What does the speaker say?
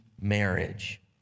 marriage